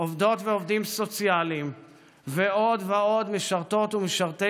עובדות ועובדים סוציאליים ועוד ועוד משרתות ומשרתי